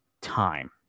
time